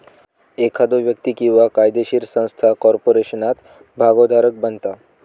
एखादो व्यक्ती किंवा कायदोशीर संस्था कॉर्पोरेशनात भागोधारक बनता